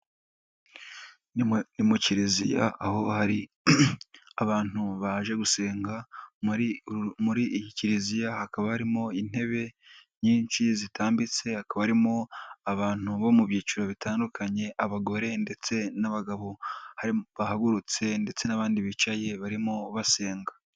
Mu kiliziya aho hari abantu baje gusenga, muri iyi kiliziya hakaba harimo intebe nyinshi zitambitse, hakaba harimo abantu bo mu byiciro bitandukanye, abagore ndetse n'abagabo bahagurutse ndetse n'abandi bicaye, barimo basenga.